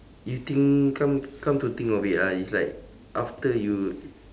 you think come come to think of it right is like after you